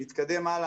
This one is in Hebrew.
נתקדם הלאה,